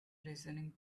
listening